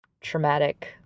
traumatic